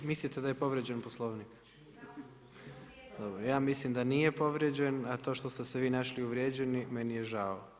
I mislite da je povrijeđen Poslovnik? … [[Upadica Glasovac, ne čuje se.]] Ja mislim da nije povrijeđen, a to što ste vi našli uvrijeđeni, meni je žao.